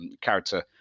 character